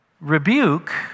Rebuke